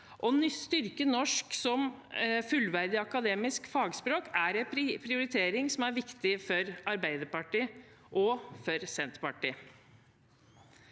Å styrke norsk som et fullverdig akademisk fagspråk er en prioritering som er viktig for Arbeiderpartiet og for Senterpartiet.